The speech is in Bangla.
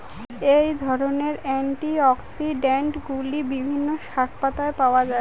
এই ধরনের অ্যান্টিঅক্সিড্যান্টগুলি বিভিন্ন শাকপাতায় পাওয়া য়ায়